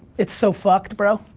it's so fucked, bro,